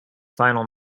final